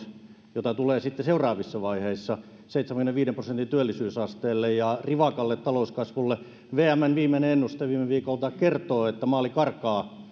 joita tulee sitten seuraavissa vaiheissa seitsemänkymmenenviiden prosentin työllisyysasteelle ja rivakalle talouskasvulle vmn viimeinen ennuste viime viikolta kertoo että maali karkaa